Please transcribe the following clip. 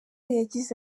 yagize